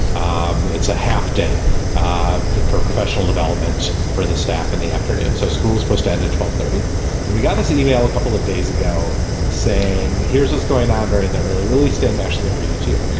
um it's a half day for professional development for the staff in the afternoon so schools post and a twelve thirty and we got this e-mail a couple of days ago saying here's what's going on during the early release day i'm actually gonna read it to you.